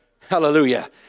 Hallelujah